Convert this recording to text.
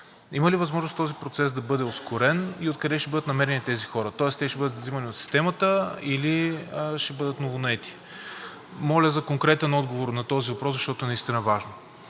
има ли възможност този процес да бъде ускорен и откъде ще бъдат намерени тези хора, тоест те ще бъдат взимани от системата или ще бъдат новонаети? Моля за конкретен отговор на този въпрос, защото наистина е важно.